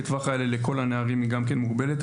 הטווח האלה לכל הנערים היא גם כן מוגבלת.